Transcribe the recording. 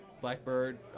Blackbird